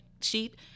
sheet